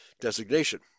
designation